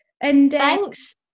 Thanks